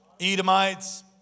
Edomites